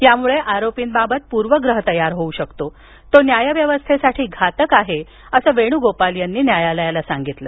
यामुळे आरोपीबाबत पूर्वग्रह तयार होऊ शकतो जो न्यायव्यवस्थेसाठी घातक आहे असंही वेणूगोपाल यांनी सांगितलं